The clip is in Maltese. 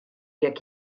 jekk